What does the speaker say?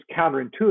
counterintuitive